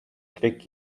trick